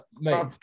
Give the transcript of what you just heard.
mate